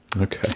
Okay